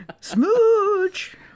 smooch